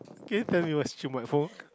can you tell me whats